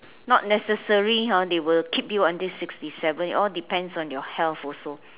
not necessary hor they will keep you until sixty seven all depends on your health also